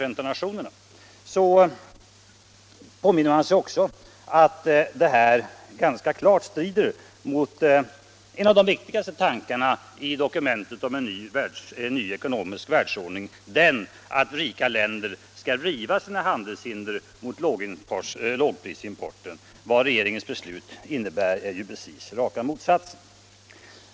De här åtgärderna strider ganska klart mot en av de vik tigaste tankarna i det dokumentet; den att rika länder skall riva sina handelshinder mot lågprisimporten. Vad regeringens beslut innebär är ju precis raka motsatsen.